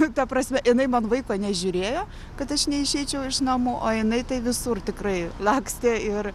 nu ta prasme inai man vaiko nežiūrėjo kad aš neišeičiau iš namų o jinai tai visur tikrai lakstė ir